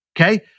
Okay